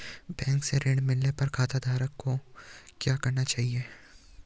Bank से ऋण मिलने पर खाताधारक को क्या करना चाहिए?